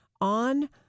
on